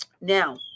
now